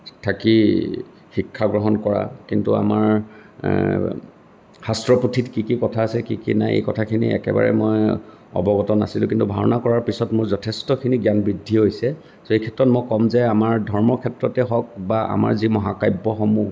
থাকি শিক্ষা গ্ৰহণ কৰা কিন্তু আমাৰ শাস্ত্ৰপুথিত কি কি কথা আছে কি কি নাই এই কথাখিনি একেবাৰে মই অৱগত নাছিলোঁ কিন্তু ভাওনা কৰাৰ পিছত মোৰ যথেষ্টখিনি জ্ঞান বৃদ্ধি হৈছে এই ক্ষেত্ৰত মই কম যে আমাৰ ধৰ্মৰ ক্ষেত্ৰতে হওক বা আমাৰ যি মহাকাব্যসমূহ